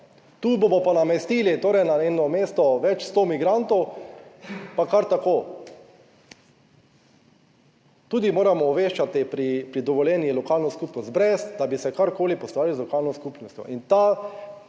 Tu bomo pa namestili torej na eno mesto več sto migrantov pa kar tako. Tudi moramo obveščati pri dovoljenjih lokalno skupnost, brez da bi se karkoli poslovali z lokalno skupnostjo.